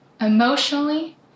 emotionally